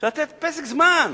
אפשר לתת פסק זמן.